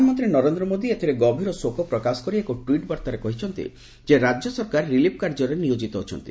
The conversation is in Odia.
ପ୍ରଧାନମନ୍ତ୍ରୀ ନରେନ୍ଦ୍ର ମୋଦି ଏଥିରେ ଗଭୀର ଶୋକ ପ୍ରକାଶ କରି ଏକ ଟ୍ୱିଟ୍ ବାର୍ତ୍ତାରେ କହିଛନ୍ତି ରାଜ୍ୟ ସରକାର ରିଲିଫ୍ କାର୍ଯ୍ୟରେ ନିୟୋଜିତ ଅଛନ୍ତି